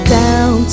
down